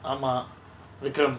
ஆமா:aama vikram